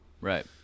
Right